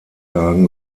tagen